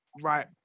right